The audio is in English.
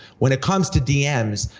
when it comes to dm's,